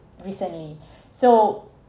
recently so